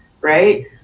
right